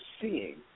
seeing